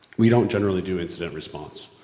we don't generally do incident response.